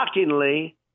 shockingly